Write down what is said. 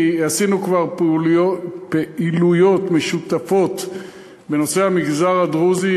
כי עשינו פעילויות משותפות בנושא המגזר הדרוזי,